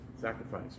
sacrifice